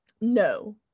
No